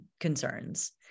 concerns